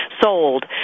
sold